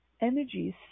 energies